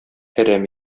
әрәм